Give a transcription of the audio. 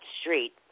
street